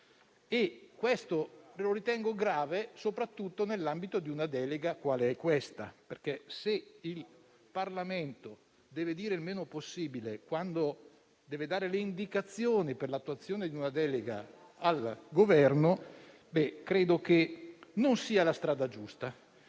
che la cosa sia grave, soprattutto nell'ambito di una delega qual è questa. Se, infatti, il Parlamento deve dire meno possibile quando deve dare indicazioni per l'attuazione di una delega al Governo, credo che non sia sulla strada giusta.